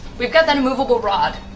we've got that immovable rod.